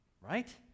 right